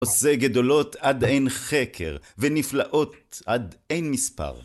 עושה גדולות עד אין חקר, ונפלאות עד אין מספר.